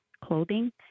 clothing